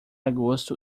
agosto